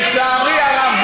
לצערי הרב,